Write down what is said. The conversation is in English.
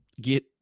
get